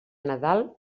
nadal